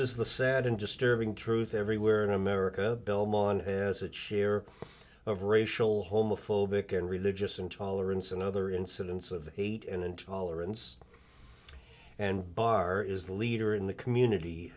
is the sad and disturbing truth everywhere in america belmont as a chair of racial homophobic and religious intolerance and other incidents of eight and intolerance and barr is the leader in the community